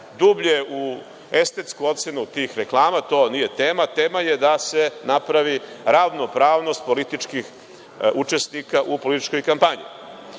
dublje u estetsku ocenu tih reklama, to nije tema. Tema je da se napravi ravnopravnost političkih učesnika u političkoj kampanji. Koji